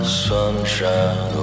sunshine